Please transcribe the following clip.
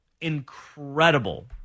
incredible